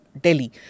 Delhi